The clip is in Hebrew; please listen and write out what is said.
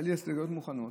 היו לי הסתייגויות מוכנות,